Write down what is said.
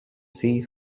see